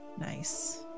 Nice